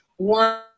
One